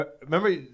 remember